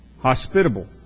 hospitable